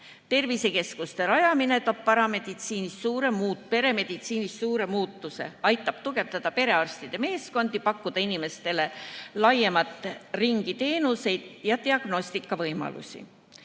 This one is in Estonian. Tervisekeskuste rajamine toob peremeditsiinis kaasa suure muutuse, aitab tugevdada perearstide meeskondi, pakkuda inimestele laiemat ringi teenuseid ja diagnostikavõimalusi.